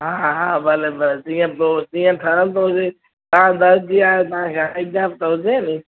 हा हा भले भले जीअं पोइ जीअं खणंदो हुजे तव्हां दरिजी आहियो तव्हांखे आइडिया बि त हुजे नी